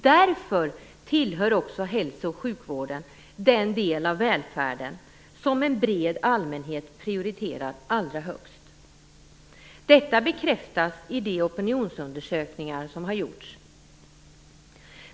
Därför tillhör också hälso och sjukvården den del av välfärden som en bred allmänhet prioriterar allra högst. Detta bekräftas i de opinionsundersökningar som har gjorts.